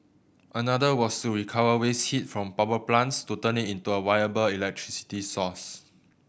another was to recover waste heat from power plants to turn it into a viable electricity source